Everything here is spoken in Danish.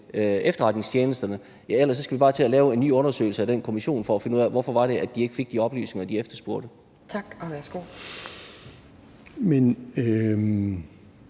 efterretningstjenesterne, skal vi bare til at lave en ny undersøgelser af den kommission for at finde ud af, hvorfor det var, de ikke fik de oplysninger, de efterspurgte. Kl. 18:14 Anden